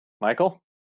Michael